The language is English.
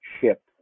ship